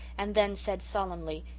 and then said solemnly,